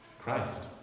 Christ